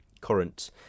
current